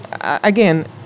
again